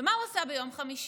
ומה הוא עשה ביום חמישי,